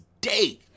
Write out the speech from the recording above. day